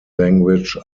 language